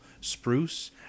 spruce